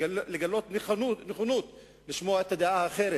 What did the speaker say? לגלות נכונות לשמוע דעה אחרת,